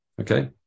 Okay